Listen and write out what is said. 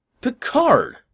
Picard